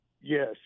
yes